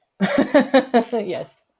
Yes